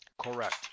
Correct